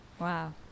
Wow